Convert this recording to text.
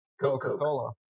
Coca-Cola